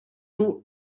two